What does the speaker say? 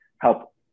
help